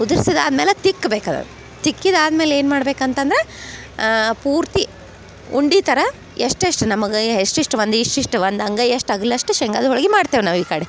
ಉದ್ರಸದ ಆದ್ಮೇಲೆ ತಿಕ್ಬೇಕು ಅದನ್ನ ತಿಕ್ಕಿದ ಆದ್ಮೇಲೆ ಏನು ಮಾಡ್ಬೇಕು ಅಂತಂದ್ರ ಪೂರ್ತಿ ಉಂಡೆ ಥರ ಎಷ್ಟು ಎಷ್ಟು ನಮಗೆ ಎಷ್ಟು ಎಷ್ಟು ಒಂದು ಇಷ್ಟು ಇಷ್ಟು ಒಂದು ಅಂಗೈ ಅಷ್ಟು ಅಗಲ ಅಷ್ಟು ಶೇಂಗಾದ ಹೋಳಿಗಿ ಮಾಡ್ತೆವೆ ನಾವು ಈ ಕಡೆ